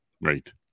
Right